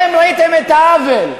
ראיתם את העוול,